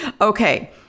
Okay